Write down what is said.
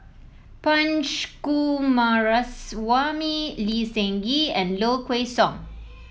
Punch Coomaraswamy Lee Seng Gee and Low Kway Song